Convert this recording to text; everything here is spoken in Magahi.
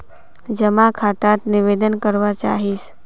जमा खाता त निवेदन करवा चाहीस?